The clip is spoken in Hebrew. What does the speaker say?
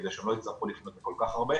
כדי שהם לא יצטרכו לפנות לכל כך הרבה,